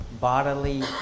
bodily